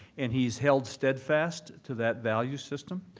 and he's held steadfast to that value system.